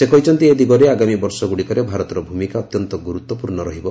ସେ କହିଛନ୍ତି ଏ ଦିଗରେ ଆଗାମୀ ବର୍ଷଗୁଡ଼ିକରେ ଭାରତର ଭୂମିକା ଅତ୍ୟନ୍ତ ଗୁରୁତ୍ୱପୂର୍ଣ୍ଣ ରହିବ